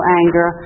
anger